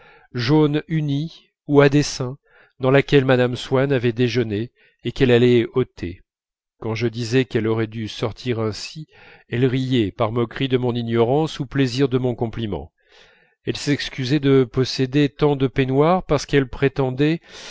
jaune unie ou à dessins dans laquelle mme swann avait déjeuné et qu'elle allait ôter quand je disais qu'elle aurait dû sortir ainsi elle riait par moquerie de mon ignorance ou plaisir de mon compliment elle s'excusait de posséder tant de peignoirs parce qu'elle prétendait